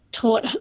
taught